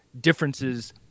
differences